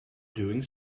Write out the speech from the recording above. doing